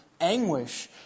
anguish